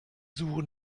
suche